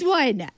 one